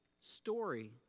story